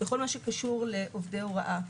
בכל הקשור לעובדי הוראה.